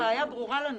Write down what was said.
הבעיה ברורה לנו.